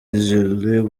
guelleh